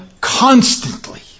constantly